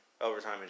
Overtime